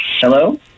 Hello